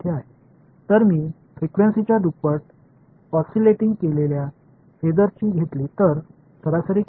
எனவே அதிர்வெண்ணை விட இரண்டு மடங்கு ஊசலாடும் பேஸர்களின் சராசரியை நான் எடுத்துக் கொண்டால் எவ்வளவு சராசரி இருக்கிறது